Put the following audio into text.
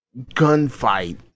gunfight